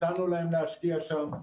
הצענו להם להשקיע שם,